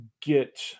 get